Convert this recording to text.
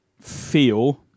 feel